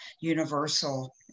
universal